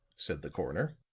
said the coroner.